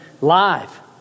live